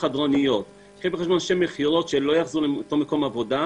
חדרניות או אנשי מכירות שלא יחזרו למקום העבודה,